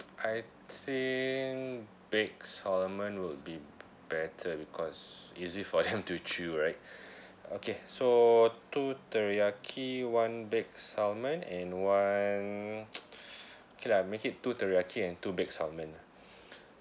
I think baked salmon would be better because easy for them to chew right okay so two teriyaki one baked salmon and one okay lah make it two teriyaki and two baked salmon lah